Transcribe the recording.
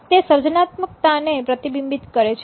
તે સર્જનાત્મકતા ને પ્રતિબિંબિત કરે છે